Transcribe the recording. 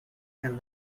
and